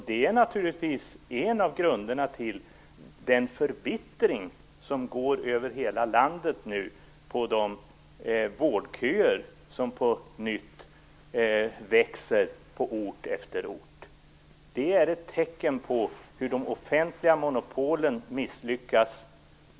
Det är naturligtvis en av grunderna till den förbittring som går över hela landet för de vårdköer som på nytt växer på ort efter ort. Dessa pånyttfödda vårdköer är ett tecken på hur de offentliga monopolen misslyckats.